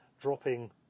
dropping